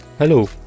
Hello